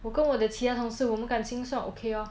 我跟我的其他同事我们的感情算 okay lor